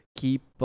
keep